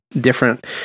different